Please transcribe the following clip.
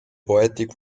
poetic